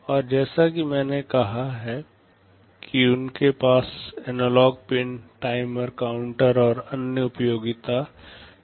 और जैसा कि मैंने कहा है कि उनके पास एनालॉग पिन टाइमर काउंटर और अन्य उपयोगिता सर्किटरी हैं